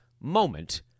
moment